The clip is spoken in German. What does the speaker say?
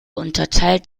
unterteilt